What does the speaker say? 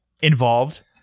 involved